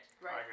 Right